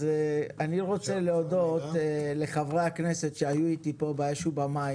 אז אני רוצה להודות לחברי הכנסת שהיו איתי פה באש ובמים,